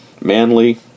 manly